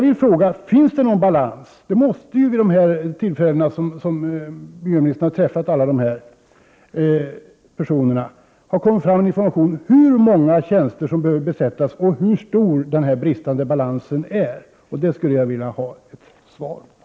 Har det vid de tillfällen då miljöministern har träffat alla dessa personer kommit fram information om hur många tjänster som behöver tillsättas och hur stor bristen är? Det skulle jag vilja ha reda på.